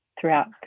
throughout